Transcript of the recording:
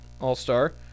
all-star